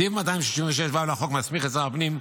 סעיף 266ו לחוק מסמיך את שר הפנים,